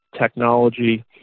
technology